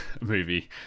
movie